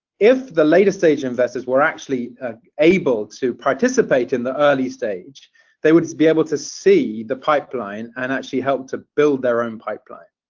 if the later stage investors were actually able to participate in the early stage they would be able to see the pipeline and actually help to build their own pipeline.